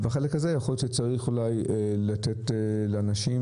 ובחלק הזה יכול להיות שצריך אולי לתת לאנשים,